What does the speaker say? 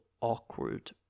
awkward